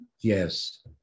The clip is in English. yes